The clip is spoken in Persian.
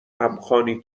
همخوانی